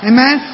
Amen